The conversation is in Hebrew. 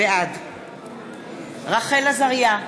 בעד רחל עזריה,